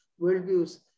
worldviews